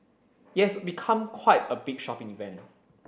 it has become quite a big shopping event